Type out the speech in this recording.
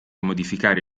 modificare